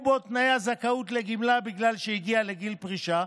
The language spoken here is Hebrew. בו תנאי הזכאות לגמלה בגלל שהגיע לגיל פרישה,